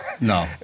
No